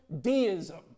deism